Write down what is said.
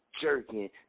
jerking